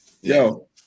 yo